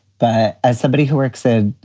but as somebody who works said,